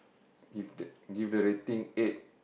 give that give that rating eight